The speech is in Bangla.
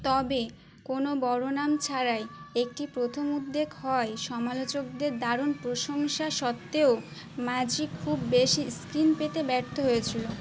তবে কোনো বড় নাম ছাড়াই একটি প্রথম উদ্বেগ হয় সমালোচকদের দারুণ প্রশংসা সত্ত্বেও মাঝি খুব বেশি স্ক্রিন পেতে ব্যর্থ হয়েছিল